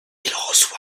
reçoit